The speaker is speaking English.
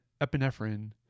epinephrine